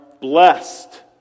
blessed